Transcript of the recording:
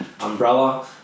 umbrella